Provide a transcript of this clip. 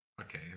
Okay